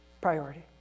priority